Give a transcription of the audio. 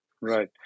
right